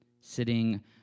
sitting